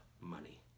money